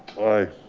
aye.